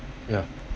ya